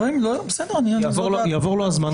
יעבור לו הזמן,